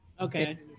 Okay